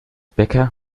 bäcker